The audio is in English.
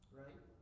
right